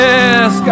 Yes